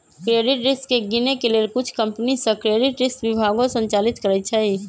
credit risk के गिनए के लेल कुछ कंपनि सऽ क्रेडिट रिस्क विभागो संचालित करइ छै